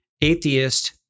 atheist